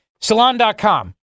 Salon.com